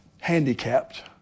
handicapped